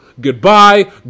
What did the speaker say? Goodbye